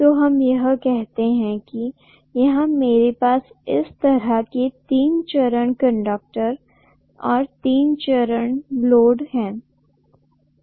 तो हम कहते हैं कि यहा मेरे पास इस तरह के तीन चरण कंडक्टर और तीन चरण लोड है